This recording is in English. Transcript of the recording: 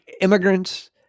immigrants